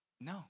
no